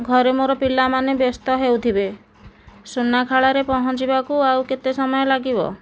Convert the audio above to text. ଘରେ ମୋର ପିଲାମାନେ ବ୍ୟସ୍ତ ହେଉଥିବେ ସୁନାଖଳାରେ ପହଞ୍ଚିବାକୁ ଆଉ କେତେ ସମୟ ଲାଗିବ